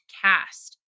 cast